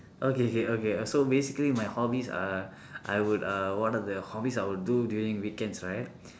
okay K okay so basically my hobbies are I would uh one of the hobbies I would do during the weekends right